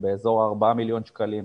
באזור ארבעה מיליון שקלים.